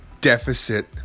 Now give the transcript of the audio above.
deficit